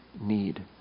need